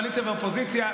קואליציה ואופוזיציה,